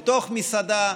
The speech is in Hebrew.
בתוך מסעדה,